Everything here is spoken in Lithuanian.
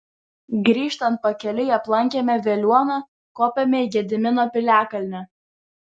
grįžtant pakeliui aplankėme veliuoną kopėme į gedimino piliakalnį